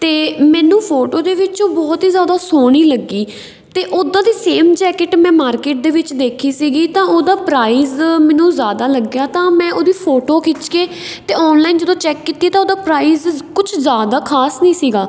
ਅਤੇ ਮੈਨੂੰ ਫੋਟੋ ਦੇ ਵਿੱਚੋਂ ਬਹੁਤ ਹੀ ਜ਼ਿਆਦਾ ਸੋਹਣੀ ਲੱਗੀ ਅਤੇ ਉੱਦਾਂ ਦੀ ਸੇਮ ਜੈਕਿਟ ਮੈਂ ਮਾਰਕੀਟ ਦੇ ਵਿੱਚ ਦੇਖੀ ਸੀਗੀ ਤਾਂ ਉਹਦਾ ਪ੍ਰਾਈਜ਼ ਮੈਨੂੰ ਜ਼ਿਆਦਾ ਲੱਗਿਆ ਤਾਂ ਮੈਂ ਉਹਦੀ ਫੋਟੋ ਖਿੱਚ ਕੇ ਅਤੇ ਔਨਲਾਈਨ ਜਦੋਂ ਚੈੱਕ ਕੀਤੀ ਤਾਂ ਉਹਦਾ ਪ੍ਰਾਈਜ਼ ਕੁਛ ਜ਼ਿਆਦਾ ਖ਼ਾਸ ਨਹੀਂ ਸੀਗਾ